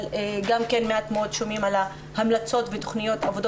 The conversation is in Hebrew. אבל שומעים גם מעט מאוד על ההמלצות ותכניות העבודה